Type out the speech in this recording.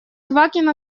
квакин